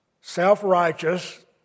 self-righteous